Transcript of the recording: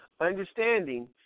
understanding